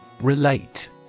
Relate